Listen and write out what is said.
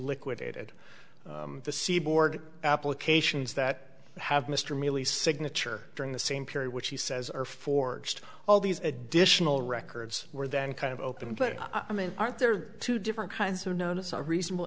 liquidated the seaboard applications that have mr merely signature during the same period which he says are forged all these additional records were then kind of open play i mean aren't there are two different kinds of notice are reasonable